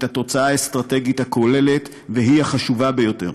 התוצאה האסטרטגית הכוללת והיא החשובה ביותר.